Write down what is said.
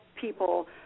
people